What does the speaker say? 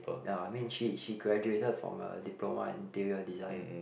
ya I mean she she graduated from uh diploma interior design